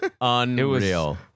Unreal